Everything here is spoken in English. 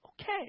okay